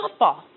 softball